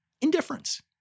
Indifference